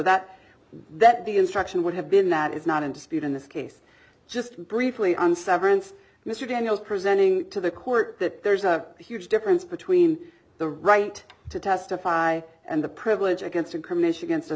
that that the instruction would have been that is not in dispute in this case just briefly on severance mr daniels presenting to the court that there's a huge difference between the right to testify and the privilege against a commish against